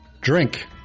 Drink